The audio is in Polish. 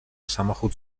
samochód